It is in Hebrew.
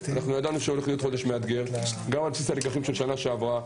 ידענו שהולך להיות חודש מאתגר גם על בסיס הלקחים של שנה שעברה.